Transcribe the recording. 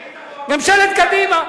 היית, ממשלת קדימה.